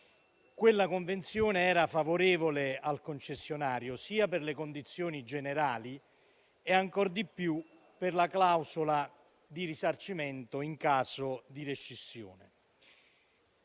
Quella convenzione era favorevole al concessionario sia per le condizioni generali e, ancor di più, per la clausola di risarcimento in caso di rescissione.